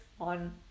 on